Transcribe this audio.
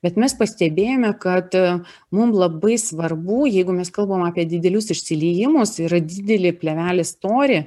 bet mes pastebėjome kad mum labai svarbu jeigu mes kalbam apie didelius išsiliejimus ir didelį plėvelės storį